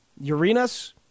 Uranus